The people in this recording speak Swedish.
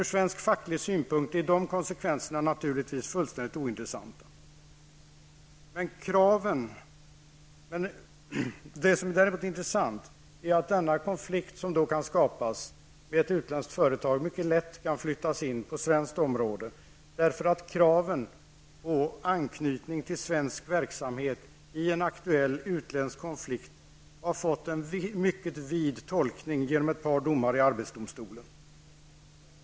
Ur svensk facklig synpunkt är dessa konsekvenser naturligtvis fullständigt ointressanta. Men det som däremot är intressant är att den konflikt som då kan skapas med ett utländskt företag mycket lätt kan flyttas in på svenskt område, därför att kraven på anknytning till svensk verksamhet i en aktuell utländsk konflikt har fått en mycket vid tolkning genom ett par domar i arbetsdomstolen.